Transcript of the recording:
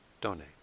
donate